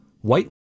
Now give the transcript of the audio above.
White